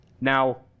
Now